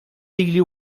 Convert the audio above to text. lili